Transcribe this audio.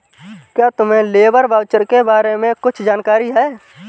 क्या तुम्हें labour voucher के बारे में कुछ जानकारी है?